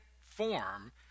form